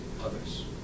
others